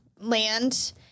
land